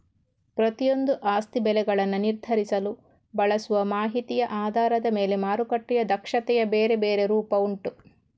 ಪ್ರತಿಯೊಂದೂ ಆಸ್ತಿ ಬೆಲೆಗಳನ್ನ ನಿರ್ಧರಿಸಲು ಬಳಸುವ ಮಾಹಿತಿಯ ಆಧಾರದ ಮೇಲೆ ಮಾರುಕಟ್ಟೆಯ ದಕ್ಷತೆಯ ಬೇರೆ ಬೇರೆ ರೂಪ ಉಂಟು